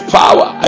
power